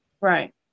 Right